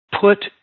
put